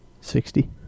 Sixty